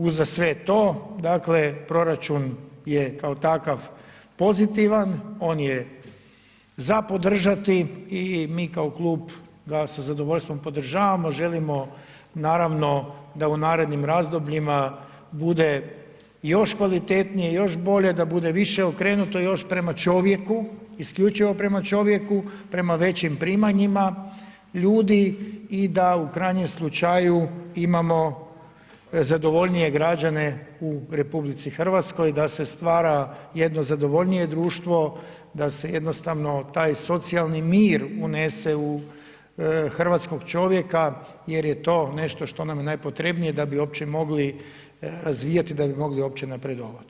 Uza sve to, dakle proračun je kao takav pozitivan, on je za podržat i mi kao klub ga sa zadovoljstvom podržavamo, želimo naravno da u narednim razdobljima bude još kvalitetnije, još bolje, da bude više okrenuto još prema čovjeku, isključivo prema čovjeku, prema većim primanjima ljudima i da u krajnjem slučaju imamo zadovoljnije građane u RH, da se stvara jedno zadovoljnije društvo, da se jednostavno taj socijalni mir unese u hrvatskog čovjeka jer je to nešto što nam je najpotrebnije da bi uopće mogli razvijati, da bi mogli uopće napredovati.